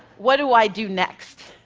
what do i do next?